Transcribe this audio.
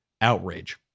Outrage